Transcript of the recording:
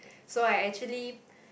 so I actually